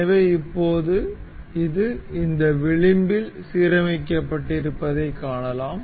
எனவே இப்போது இது இந்த விளிம்பில் சீரமைக்கப்பட்டிருப்பதைக் காணலாம்